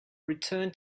return